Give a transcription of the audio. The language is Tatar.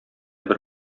бер